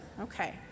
Okay